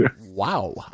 Wow